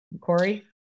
Corey